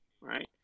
right